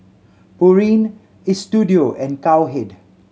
Pureen Istudio and Cowhead